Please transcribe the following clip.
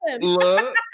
Look